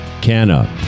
Canna